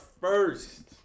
first